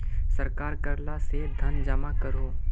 सरकार कर ला से धन जमा करोह